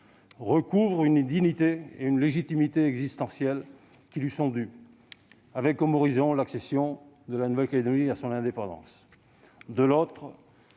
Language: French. recouvre une dignité et une légitimité existentielles qui lui sont dues, avec comme horizon l'accession de la Nouvelle-Calédonie à son indépendance. De l'autre,